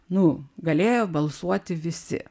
nu galėjo balsuoti visi